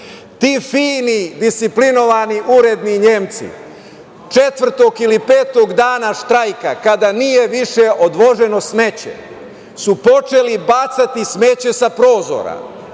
Ti fini, disciplinovani uredni Nemci, četvrtog ili petog dana štrajka kada nije više odvoženo smeće su počeli bacati smeće sa prozora